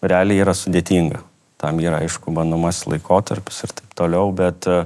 realiai yra sudėtinga tam yra aišku bandomasis laikotarpis ir taip toliau bet